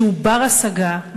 שהוא בר-השגה,